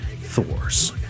Thor's